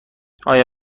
آیا